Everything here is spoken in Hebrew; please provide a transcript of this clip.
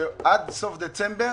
שעד סוף דצמבר